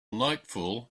nightfall